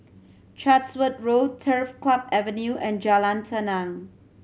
Chatsworth Road Turf Club Avenue and Jalan Tenang